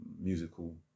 musical